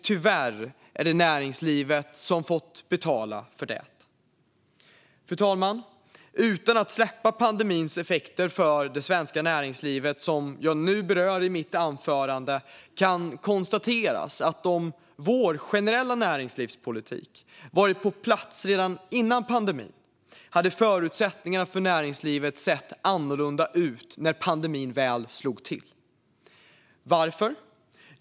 Tyvärr är det näringslivet som har fått betala för det. Fru talman! Utan att släppa pandemins effekter för det svenska näringslivet, som jag nu berör i mitt anförande, kan jag konstatera att om vår generella näringspolitik hade varit på plats redan före pandemin hade förutsättningarna för näringslivet sett annorlunda ut när pandemin slog till. Varför?